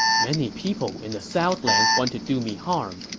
many people in the southlands want to do me harm.